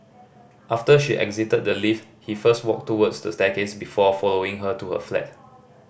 after she exited the lift he first walked towards the staircase before following her to her flat